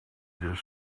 this